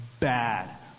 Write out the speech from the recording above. bad